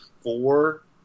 four